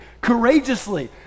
courageously